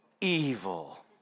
evil